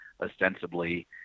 ostensibly